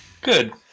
Good